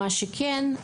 מה שכן,